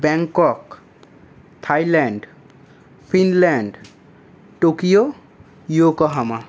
Bangkok Thailand Finland Tokyo yokohama